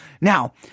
now